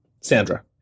Sandra